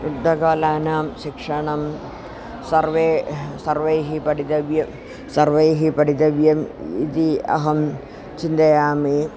युद्धकलानां शिक्षणं सर्वैः सर्वैः पठितव्यं सर्वैः पठितव्यम् इति अहं चिन्तयामि